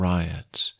Riots